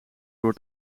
door